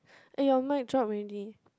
eh your mic drop already